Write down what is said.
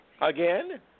Again